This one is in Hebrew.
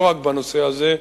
ולא רק בנושא הזה,